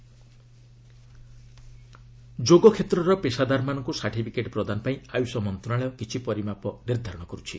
yoga certification ଯୋଗ କ୍ଷେତ୍ରର ପେସାଦାରମାନଙ୍କୁ ସାର୍ଟିଫିକେଟ୍ ପ୍ରଦାନ ପାଇଁ ଆୟୁଷ ମନ୍ତ୍ରଣାଳୟ କିଛି ପରିମାପ ନିର୍ଦ୍ଧାରଣ କରୁଛି